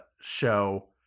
show